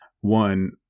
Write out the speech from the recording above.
one